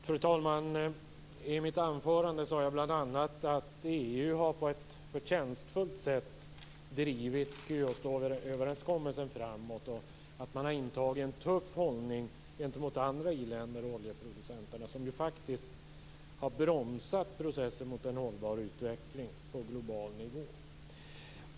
Fru talman! I mitt anförande sade jag bl.a. att EU på ett förtjänstfullt sätt har drivit Kyotoöverenskommelsen framåt och att man har intagit en tuff hållning gentemot andra i-länder och oljeproducenter som ju faktiskt har bromsat processen mot en hållbar utveckling på global nivå.